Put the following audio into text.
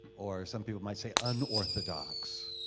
or some people might say unorthodox.